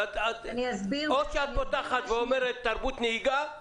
אבל או שאת פותחת ואומרת שזה תרבות נהיגה,